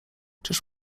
czyż